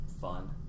Fun